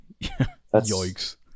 Yikes